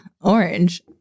orange